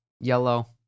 Yellow